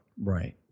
Right